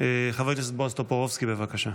חבר הכנסת בועז טופורובסקי, בבקשה.